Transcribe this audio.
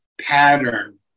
pattern